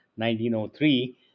1903